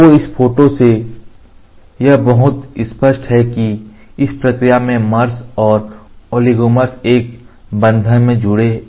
तो इस फोटो से यह बहुत स्पष्ट है कि इस प्रक्रिया से मर्स और ओलिगोमर एक बंधन से जुड़ते हैं